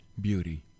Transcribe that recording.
beauty